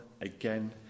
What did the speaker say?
again